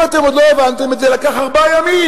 אם אתם עוד לא הבנתם את זה, לקח ארבעה ימים,